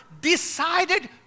decided